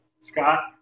Scott